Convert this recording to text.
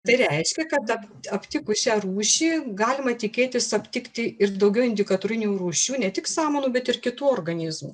tai reiškia kad ap aptikus šią rūšį galima tikėtis aptikti ir daugiau indikatorinių rūšių ne tik samanų bet ir kitų organizmų